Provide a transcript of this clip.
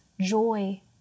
joy